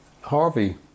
Harvey